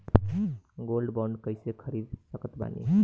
Gold bond कईसे खरीद सकत बानी?